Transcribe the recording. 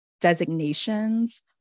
designations